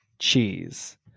cheese